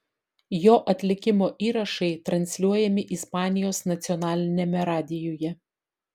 jo atlikimo įrašai transliuojami ispanijos nacionaliniame radijuje